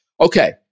okay